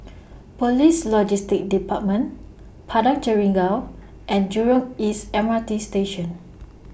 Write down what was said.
Police Logistics department Padang Jeringau and Jurong East M R T Station